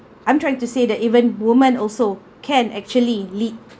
I'm trying to say that even women also can actually lead